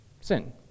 sin